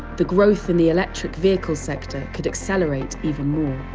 the growth in the electric-vehicle sector, could accelerate even more